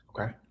Okay